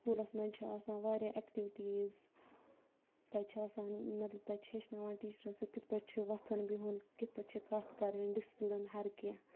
سکوٗلَس مَنٛزچھِ آسان واریاہ ایٚکٹِوِٹیٖز تَتہِ چھِ آسان مَطلَب تَتہِ چھِ ہیٚچھناوان ٹیٖچرَن سۭتۍ کِتھ پٲتھۍ چھُ وۄتھُن بِہُن کِتھ پٲتھۍ چھِ کَتھ کَرٕنۍ ڈِسپٕلٕن ہَر کینٛہہ